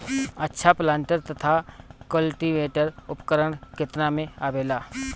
अच्छा प्लांटर तथा क्लटीवेटर उपकरण केतना में आवेला?